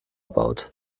baut